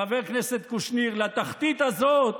חבר הכנסת קושניר, לתחתית הזאת